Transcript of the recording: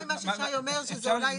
מה ששי אומר שזה אולי,